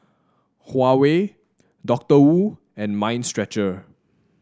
Huawei Doctor Wu and Mind Stretcher